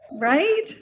Right